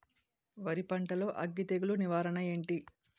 వరి పంటలో అగ్గి తెగులు నివారణ ఏంటి?